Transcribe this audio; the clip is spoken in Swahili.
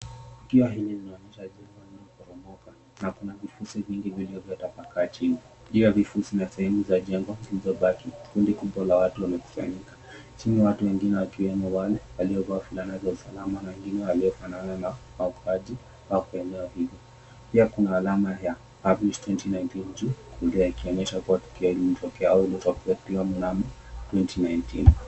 Tukio hili linaonyesha jengo lililoporomoka na kuna vifusi vingi vilivyotapakaa chini. Juu ya vifusi na sehemu za jengo zilizobaki kundi kubwa la watu wamekusanyika. Chini watu wengine wakiwemo wanne waliovalia fulana za usalama na wengine waliofanana waokoaji wako eneo hilo. Pia kuna alama ya Havit 2019 June iliyo ikionyesha tukio hili lilitokea au iliyotokea mnamo 2019.